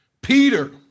Peter